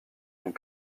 ont